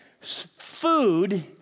food